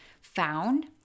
found